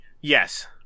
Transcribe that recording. Yes